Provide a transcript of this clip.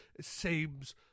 seems